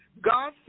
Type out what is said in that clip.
god